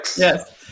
yes